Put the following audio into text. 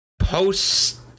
post